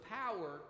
power